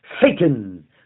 Satan